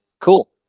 Cool